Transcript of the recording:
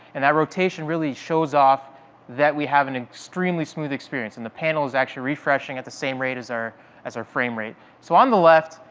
and that rotation really shows off that we have an extremely smooth experience. and the panel is actually refreshing at the same rate as our as our frame rate. so on the left,